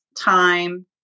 time